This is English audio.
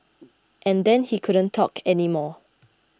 and then he couldn't talk anymore